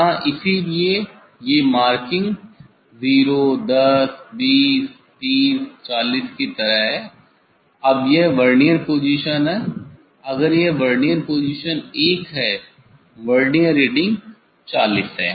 यहाँ इसलिए ये मार्किंग 0 10 20 30 40 की तरह है अब यह वर्नियर पोजीशन है अगर यह वर्नियर पोजीशन 1 है वर्नियर रीडिंग 40 है